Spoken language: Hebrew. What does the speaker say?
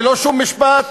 ללא שום משפט,